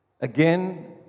Again